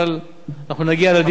אבל אנחנו נגיע לדיונים האלה.